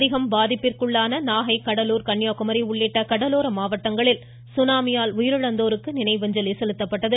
அதிகம் பாதிப்பிற்குள்ளான நாகை கடலூர் கன்னியாகுமரி உள்ளிட்ட கடலோர மாவட்டங்களில் சுனாமியால் உயிரிழந்தோருக்கு நினைவு அஞ்சலி செலுத்தப்பட்டது